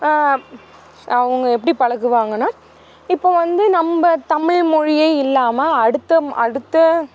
அவங்க எப்படி பழகுவாங்கன்னா இப்போ வந்து நம்ப தமிழ்மொழியே இல்லாமல் அடுத்த அடுத்த